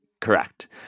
correct